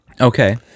Okay